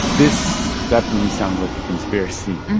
this definitely sounds like a conspiracy,